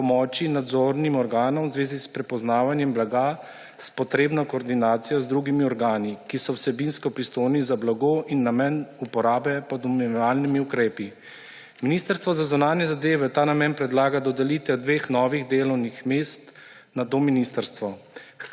pomoči nadzornim organom v zvezi s prepoznavanjem blaga s potrebno koordinacijo z drugimi organi, ki so vsebinsko pristojni za blago in namen uporabe pod omejevalnimi ukrepi. Ministrstvo za zunanje zadeve v ta namen predlaga dodelitev dveh novih delovnih mest na to ministrstvo.